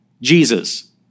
Jesus